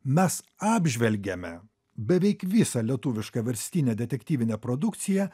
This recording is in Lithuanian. mes apžvelgiame beveik visą lietuvišką verstinę detektyvinę produkciją